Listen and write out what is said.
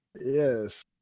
Yes